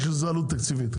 יש לזה עלות תקציבית.